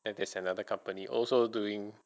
then there's another company also doing